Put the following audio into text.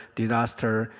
disaster,